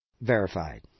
verified